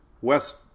west